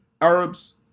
Arabs